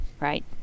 Right